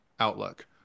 outlook